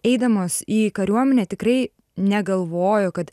eidamos į kariuomenę tikrai negalvojo kad